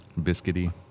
Biscuity